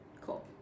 cool